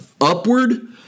upward